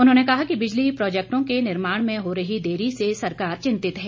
उन्होंने कहा कि बिजली प्रोजैक्टों के निर्माण में हो रही देरी से सरकार चिंतित है